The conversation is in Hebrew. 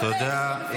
תודה.